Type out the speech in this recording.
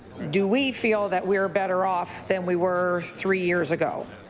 do we feel that we're better off than we were three years ago?